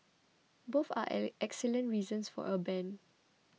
both are are excellent reasons for a ban